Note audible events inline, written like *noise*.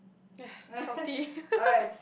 *breath* salty *laughs*